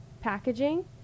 packaging